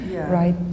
right